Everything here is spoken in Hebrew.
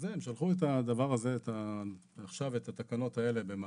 שלחו את הדבר הזה, עכשיו, את התקנות האלה במאי.